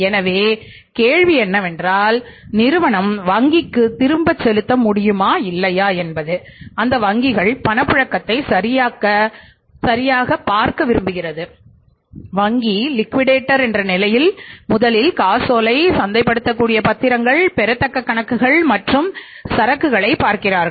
எனவே கேள்வி என்னவென்றால் நிறுவனம் வங்கிக்கு திருப்பிச் செலுத்த முடியுமா இல்லையா என்பது அந்த வங்கிகள் பணப்புழக்கத்தை சரிபார்க்க விரும்புகிறது வங்கி லிக்விடேட்டர் என்ற நிலையில் முதலில் காசோலை சந்தைப்படுத்தக்கூடிய பத்திரங்கள் பெறத்தக்க கணக்குகள் மற்றும் சரக்குகளைப் பார்க்கிறார்கள்